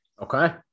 Okay